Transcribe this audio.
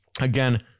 again